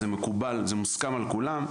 זה מקובל, זה מוסכם על כולם,